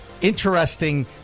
interesting